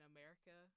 America